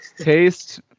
taste